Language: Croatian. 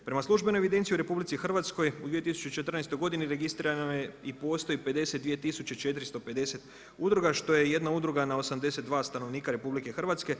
Prema službenoj evidenciji u RH u 2014. godini registrirano je i postoji 52450 udruga što je jedna udruga na 82 stanovnika RH.